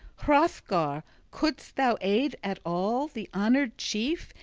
hrothgar couldst thou aid at all, the honored chief,